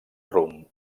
rumb